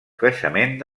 creixement